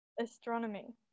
astronomy